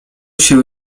się